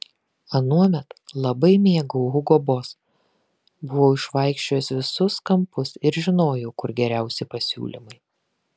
anuomet labai mėgau hugo boss buvau išvaikščiojęs visus kampus ir žinojau kur geriausi pasiūlymai